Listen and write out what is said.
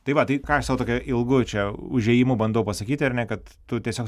tai va tai ką aš sau tokia ilgu čia užėjimu bandau pasakyti ar ne kad tu tiesiog